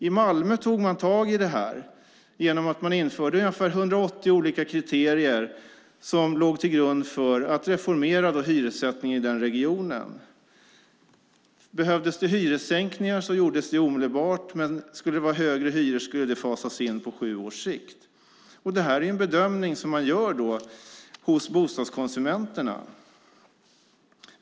I Malmö tog man tag i det här genom att man införde ungefär 180 olika kriterier som låg till grund för att reformera hyressättningen i den regionen. Behövdes det hyressänkningar gjordes det omedelbart, men skulle det vara högre hyror skulle de fasas in på sju år sikt. Det här är en bedömning som bostadskonsumenterna gör.